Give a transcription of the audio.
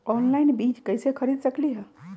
Online बीज कईसे खरीद सकली ह?